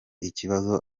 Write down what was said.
ikibazo